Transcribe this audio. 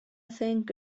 think